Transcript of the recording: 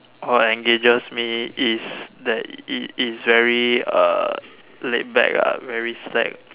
or engages me is that it's very laid back ah very slack